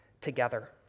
together